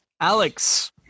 Alex